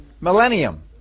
millennium